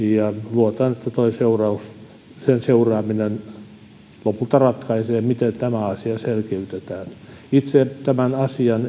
luotan että sen seuraaminen lopulta ratkaisee miten tämä asia selkeytetään itse tämän asian